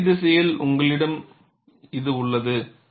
LT திசையில் உங்களிடம் இது உள்ளது